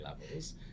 levels